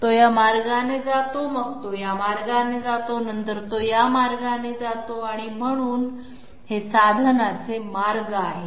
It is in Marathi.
तो या मार्गाने जातो मग तो या मार्गाने जातो नंतर तो या मार्गाने जातो म्हणून हे साधनाचे मार्ग आहेत